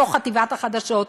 בתוך חטיבת החדשות?